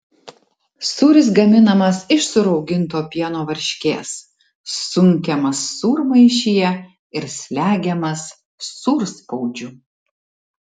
sūris gaminamas iš surauginto pieno varškės sunkiamas sūrmaišyje ir slegiamas sūrspaudžiu